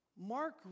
Mark